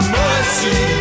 mercy